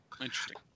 Interesting